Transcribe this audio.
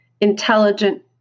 intelligent